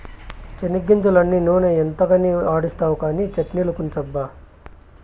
చెనిగ్గింజలన్నీ నూనె ఎంతకని ఆడిస్తావు కానీ చట్ట్నిలకుంచబ్బా